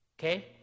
Okay